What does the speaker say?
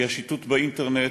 היא השיטוט באינטרנט,